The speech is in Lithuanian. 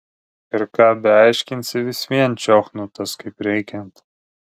ir ką beaiškinsi vis vien čiochnutas kaip reikiant